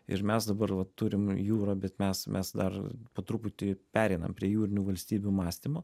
ir mes dabar va turim jūrą bet mes mes dar po truputį pereinam prie jūrinių valstybių mąstymo